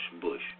Bush